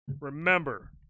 Remember